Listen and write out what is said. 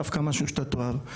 דווקא משהו שאתה תאהב.